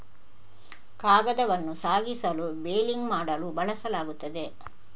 ಕಾಗದವನ್ನು ಸಾಗಿಸಲು ಬೇಲಿಂಗ್ ಮಾಡಲು ಬಳಸಲಾಗುತ್ತದೆ